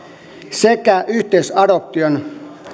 sekä yhteisadoption